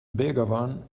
begawan